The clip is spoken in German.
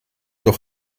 doch